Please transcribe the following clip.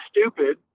stupid